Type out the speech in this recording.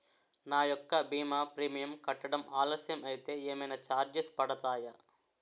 నా యెక్క భీమా ప్రీమియం కట్టడం ఆలస్యం అయితే ఏమైనా చార్జెస్ పడతాయా?